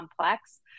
complex